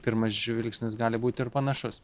pirmas žvilgsnis gali būt ir panašus